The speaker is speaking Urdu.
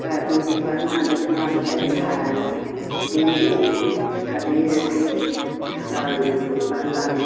اس کا کونچی پڑھنا لکھنا بھی اچھا ہے دین حدیث بھی اس کا پڑھنا